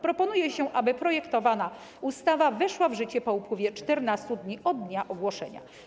Proponuje się, aby projektowana ustawa weszła w życie po upływie 14 dni od dnia ogłoszenia.